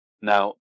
Now